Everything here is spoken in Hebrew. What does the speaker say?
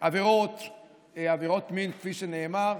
לעבירות מין, כפי שנאמר.